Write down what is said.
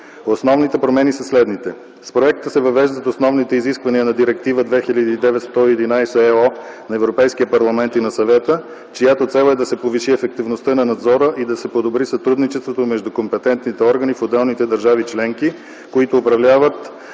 Основните промени са следните: С проекта се въвеждат основните изисквания на Директива 2009/111/ЕО на Европейския парламент и на Съвета, чиято цел е да се повиши ефективността на надзора и да се подобри сътрудничеството между компетентните органи в отделните държави членки, които упражняват